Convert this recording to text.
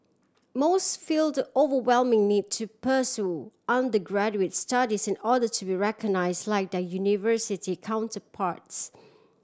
most feel the overwhelming need to pursue undergraduates studies in order to be recognise like their university counterparts